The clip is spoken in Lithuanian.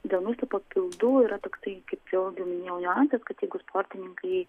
dėl maisto papildų yra tiktai kaip vėlgi minėjau niuansas kad jeigu sportininkai